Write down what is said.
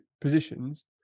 positions